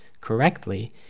correctly